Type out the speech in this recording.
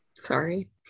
sorry